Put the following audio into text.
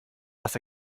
was